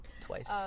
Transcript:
Twice